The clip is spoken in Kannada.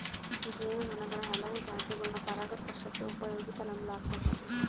ಜೇನು ನೊಣುಗುಳ ಹಲವು ಜಾತಿಗುಳ್ನ ಪರಾಗಸ್ಪರ್ಷಕ್ಕ ಉಪಯೋಗಿಸೆಂಬಲಾಗ್ತತೆ